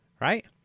right